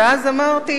ואז אמרתי,